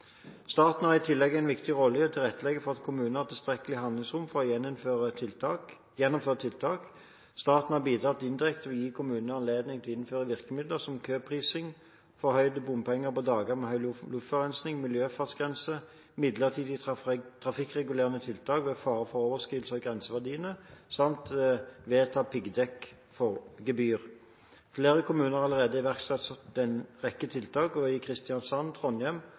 Staten har i tillegg en viktig rolle i å tilrettelegge for at kommunene har tilstrekkelig handlingsrom for å gjennomføre tiltak. Staten har bidratt indirekte ved å gi kommunene anledning til å innføre virkemidler som køprising, forhøyede bompenger på dager med høy luftforurensning, miljøfartsgrense, midlertidig trafikkregulerende tiltak ved fare for overskridelse av grenseverdiene samt vedta piggdekkgebyr. Flere kommuner har allerede iverksatt en rekke tiltak, og i Kristiansand og Trondheim